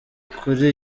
kuri